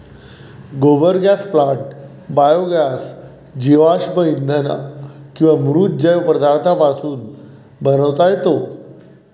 गोबर gas plant biogas जीवाश्म इंधन किंवा मृत जैव पदार्थांपासून बनवता येतो